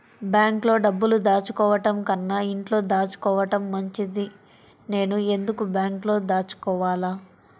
బ్యాంక్లో డబ్బులు దాచుకోవటంకన్నా ఇంట్లో దాచుకోవటం మంచిది నేను ఎందుకు బ్యాంక్లో దాచుకోవాలి?